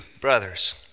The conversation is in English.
brothers